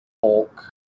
Hulk